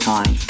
Time